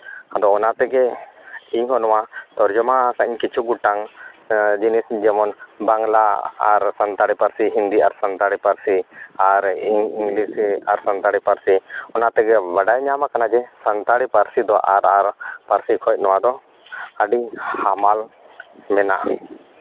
ᱟᱫᱚ ᱚᱱᱟ ᱛᱮᱜᱮ ᱤᱧ ᱦᱚᱸ ᱱᱚᱣᱟ ᱛᱚᱨᱡᱚᱢᱟᱣᱟᱠᱟᱜᱼᱟᱹᱧ ᱠᱤᱪᱷᱩ ᱜᱚᱴᱟᱝ ᱡᱤᱱᱤᱥ ᱡᱮᱢᱚᱱ ᱵᱟᱝᱞᱟ ᱟᱨ ᱥᱟᱱᱛᱟᱲᱤ ᱯᱟᱹᱨᱥᱤ ᱦᱤᱱᱫᱤ ᱟᱨ ᱥᱟᱱᱛᱟᱲᱤ ᱯᱟᱹᱨᱥᱤ ᱟᱨ ᱤᱝᱞᱤᱥ ᱟᱨ ᱥᱟᱱᱛᱟᱲᱤ ᱯᱟᱹᱨᱥᱤ ᱚᱱᱟᱛᱮᱜᱮ ᱵᱟᱰᱟᱭ ᱧᱟᱢᱟᱠᱟᱱᱟ ᱡᱮ ᱥᱟᱱᱛᱟᱲᱤ ᱯᱟᱹᱨᱥᱤ ᱫᱚ ᱟᱨ ᱟᱨ ᱯᱟᱹᱨᱥᱤ ᱠᱷᱚᱡᱽ ᱱᱚᱣᱟ ᱫᱚ ᱟᱹᱰᱤ ᱦᱟᱢᱟᱞ ᱢᱮᱱᱟᱜᱼᱟ